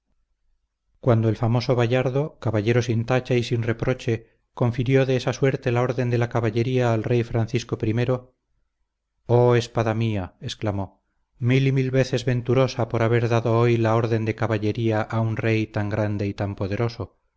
cuando el famoso bayardo caballero sin tacha y sin reproche confirió de esa suerte la orden de la caballería al rey francisco i oh espada mía exclamó mil y mil veces venturosa por haber dado hoy la orden de caballería a un rey tan grande y tan poderoso